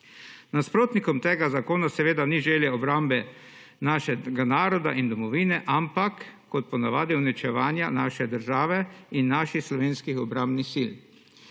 Nasprotnikom tega zakona seveda ni želja obramba našega naroda in domovine, ampak kot po navadi uničevanje naše države in naših, slovenskih obrambnih sil.